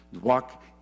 Walk